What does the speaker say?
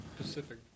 Pacific